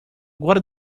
guarda